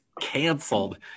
canceled